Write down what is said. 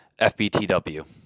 FBTW